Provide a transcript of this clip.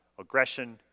aggression